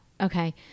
Okay